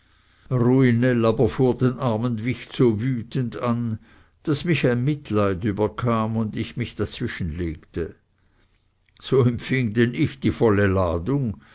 den armen wicht so wütend an daß mich ein mitleid überkam und ich mich dazwischenlegte so empfing denn ich die volle ladung